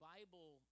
Bible